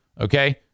Okay